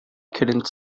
couldn’t